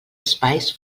espais